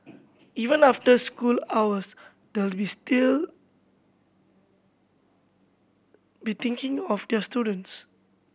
even after school hours they will still be thinking of their students